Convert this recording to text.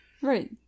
right